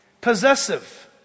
Possessive